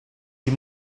die